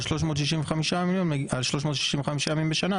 על 365 ימים בשנה,